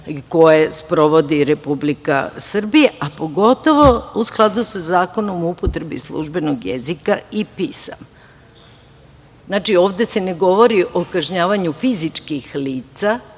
koje sprovodi Republika Srbija, a pogotovo u skladu sa Zakonom o upotrebi službenoj jezika i pisama. Znači, ovde se ne govori o kažnjavanju fizičkih lica